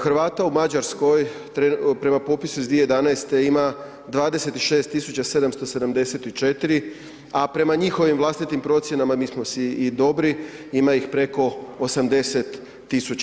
Hrvata u Mađarskoj prema popisu iz 2011. ima 26.774, a prema njihovim vlastitim procjenama, mi smo si i dobri, ima ih preko 80.000.